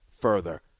further